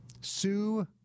Sue